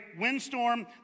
windstorm